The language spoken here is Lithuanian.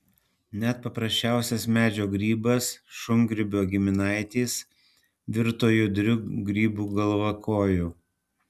net paprasčiausias medžio grybas šungrybio giminaitis virto judriu grybu galvakoju